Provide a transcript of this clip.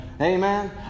Amen